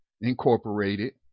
Incorporated